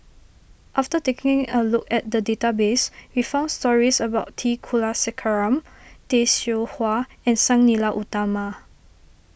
after taking a look at the database we found stories about T Kulasekaram Tay Seow Huah and Sang Nila Utama